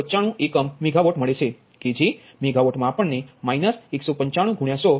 95 એકમ મેગાવોટ મળેછે કે જે મેગાવોટ મા આપણ ને 1